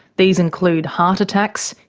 these include heart attacks,